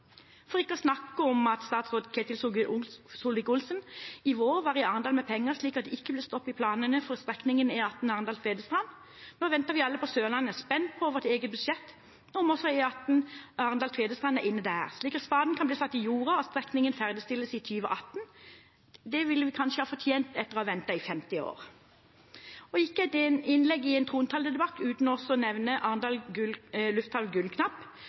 For ikke å snakke om at statsråd Ketil Solvik-Olsen i vår var i Arendal med penger, slik at det ikke ble stopp i planene for strekningen E18 Arendal–Tvedestrand. Nå venter vi alle på Sørlandet spent på vårt eget budsjett og på om også E18 Arendal–Tvedestrand er inne der, slik at spaden kan bli satt i jorden og strekningen ferdigstilles i 2018. Det hadde vi kanskje fortjent etter å ha ventet i 50 år. Ikke holder jeg innlegg i trontaledebatten uten også å nevne Arendal Lufthavn Gullknapp,